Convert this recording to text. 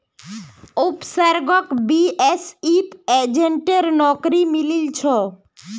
उपसर्गक बीएसईत एजेंटेर नौकरी मिलील छ